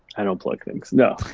i don't plug things, no.